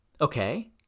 Okay